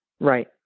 Right